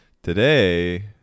Today